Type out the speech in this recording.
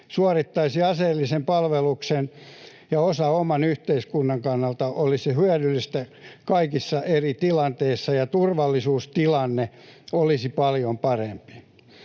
suorittaisi aseellisen palveluksen ja osa muuta oman yhteiskunnan kannalta hyödyllistä. Kaikissa eri tilanteissa turvallisuustilanne olisi paljon parempi.